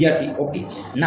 વિદ્યાર્થી ઓકે ના